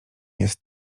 jest